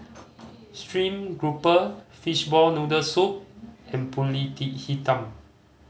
stream grouper fishball noodle soup and Pulut Hitam